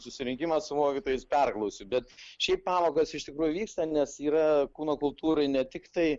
susirinkimą su mokytojais perklausiu bet šiaip pamokos iš tikrųjų vyksta nes yra kūno kultūrai ne tiktai